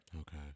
Okay